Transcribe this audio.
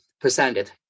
presented